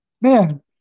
Man